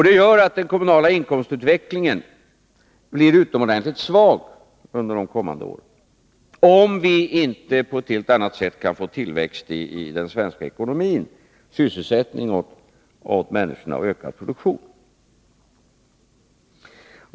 Det gör att den kommunala inkomstutvecklingen blir utomordentligt svag under de kommande åren, om vi inte på ett helt annat sätt kan få tillväxt i den svenska ekonomin, få sysselsättning åt människorna och ökad produktion.